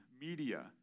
media